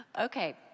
Okay